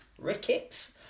Rickets